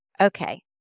Okay